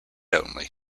only